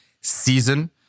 season